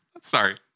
Sorry